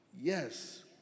Yes